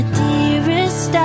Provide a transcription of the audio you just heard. dearest